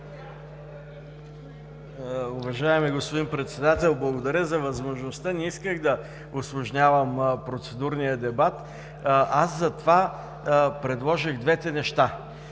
Уважаеми господин Председател, благодаря за възможността. Не исках да усложнявам процедурния дебат. Затова предложих двете неща,